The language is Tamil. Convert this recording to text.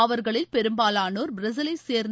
அவர்களில் பெரும்பாவானோர் பிரேசிலைச் சேர்ந்த